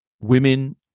women